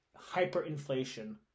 hyperinflation